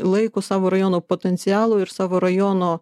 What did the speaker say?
laiko savo rajono potencialu ir savo rajono